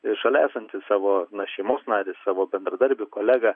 ir šalia esantį savo šeimos narį savo bendradarbį kolegą